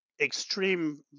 extreme